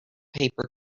paper